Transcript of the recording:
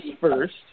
first